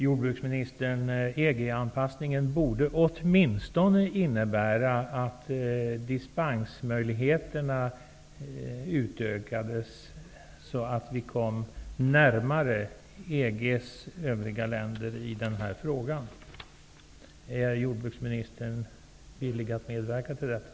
Herr talman! EG-anpassningen borde åtminstone innebära att dispensmöjligheterna utökades så att vi närmar oss situationen i EG-länderna. Är jordbruksministern villig att medverka till detta?